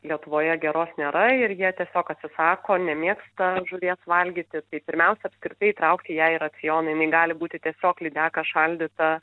lietuvoje geros nėra ir jie tiesiog atsisako nemėgsta žuvies valgyti tai pirmiausia apskritai įtraukti ją į racioną jinai gali būti tiesiog lydeka šaldyta